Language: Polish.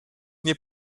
nie